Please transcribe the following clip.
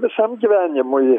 visam gyvenimui